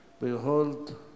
Behold